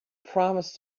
promised